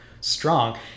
strong